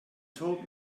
told